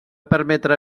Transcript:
permetre